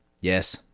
Yes